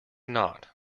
not